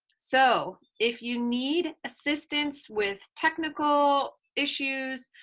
so, if you need assistance with technical issues,